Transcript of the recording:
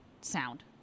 Sound